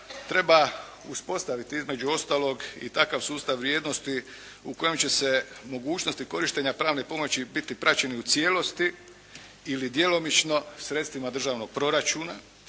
treba uspostaviti između ostaloga i takav sustav vrijednosti u kojem će se mogućnosti korištenja pravne pomoći biti praćenje u cijelosti ili djelomično sredstvima državnog proračuna